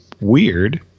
weird